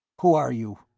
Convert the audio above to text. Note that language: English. who are you?